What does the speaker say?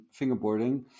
fingerboarding